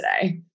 today